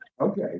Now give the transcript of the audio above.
Okay